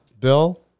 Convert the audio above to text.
Bill